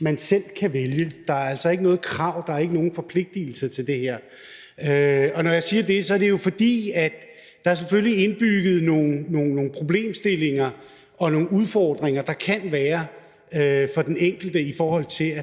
man selv kan vælge. Der er altså ikke noget krav, der er ikke nogen forpligtigelser til det her. Når jeg siger det, er det jo, fordi der selvfølgelig er indbygget nogle problemstillinger og nogle udfordringer, der kan være for den enkelte,